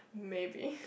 maybe